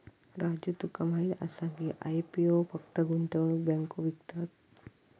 राजू तुका माहीत आसा की, आय.पी.ओ फक्त गुंतवणूक बँको विकतत?